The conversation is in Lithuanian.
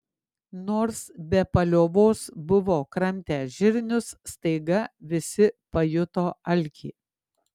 nors be paliovos buvo kramtę žirnius staiga visi pajuto alkį